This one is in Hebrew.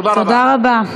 תודה רבה.